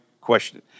question